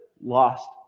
lost